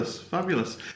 fabulous